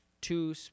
two